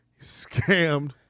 scammed